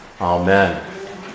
Amen